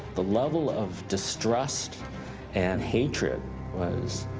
the level of distrust and hatred was,